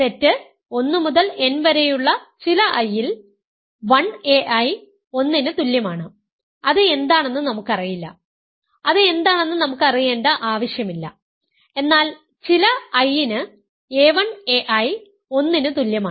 set 1 മുതൽ n വരെയുള്ള ചില i ൽ 1ai 1 ന് തുല്യമാണ് അത് എന്താണെന്ന് നമുക്കറിയില്ല അത് എന്താണെന്ന് നമുക്ക് അറിയേണ്ട ആവശ്യമില്ല എന്നാൽ ചില i ന് a1 ai 1 ന് തുല്യമാണ്